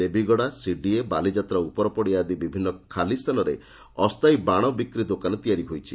Debigada CDA Baliyatra ଉପର ପଡ଼ିଆ ଆଦି ବିଭିନ୍ନ ଖାଲିସ୍ରାନରେ ଅସ୍ରାୟୀ ବାଶ ବିକ୍ରି ଦୋକାନ ତିଆରି ହୋଇଛି